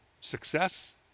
success